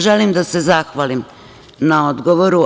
Želim da se zahvalim na odgovoru.